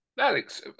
Alex